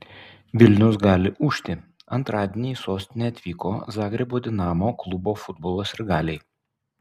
vilnius gali ūžti antradienį į sostinę atvyko zagrebo dinamo klubo futbolo sirgaliai